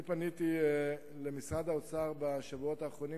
אני פניתי אל משרד האוצר בשבועות האחרונים,